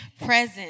present